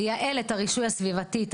תייעל את הרישוי הסביבתי,